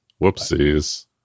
Whoopsies